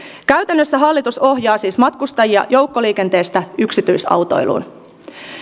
käytännössä hallitus ohjaa siis matkustajia joukkoliikenteestä yksityisautoiluun